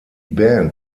band